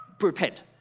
repent